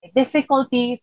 difficulty